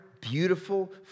beautiful